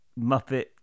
Muppet